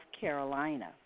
Carolina